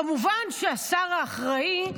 כמובן שהשר האחראי,